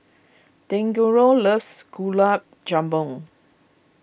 Deangelo loves Gulab Jamun